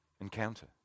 encounter